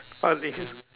!huh! they just